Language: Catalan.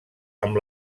amb